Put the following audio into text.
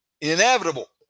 inevitable